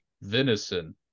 Venison